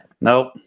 nope